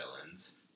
villains